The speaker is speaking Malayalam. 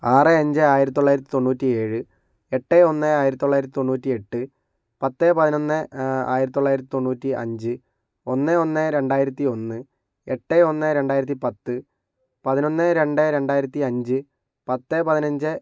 ആറ് അഞ്ച് ആയിരത്തി തൊള്ളായിരത്തി തൊണ്ണൂറ്റി ഏഴ് എട്ട് ഒന്ന് ആയിരത്തി തൊള്ളായിരത്തി തൊണ്ണൂറ്റി എട്ട് പത്ത് പതിനൊന്ന് ആയിരത്തി തൊള്ളായിരത്തി തൊണ്ണൂറ്റി അഞ്ച് ഒന്ന് ഒന്ന് രണ്ടായിരത്തി ഒന്ന് എട്ട് ഒന്ന് രണ്ടായിരത്തി പത്ത് പതിനൊന്ന് രണ്ട് രണ്ടായിരത്തി അഞ്ച് പത്ത് പതിനഞ്ച്